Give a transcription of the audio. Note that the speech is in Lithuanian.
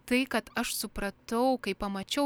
tai kad aš supratau kai pamačiau